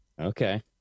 Okay